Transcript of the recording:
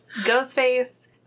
Ghostface